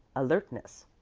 alertness.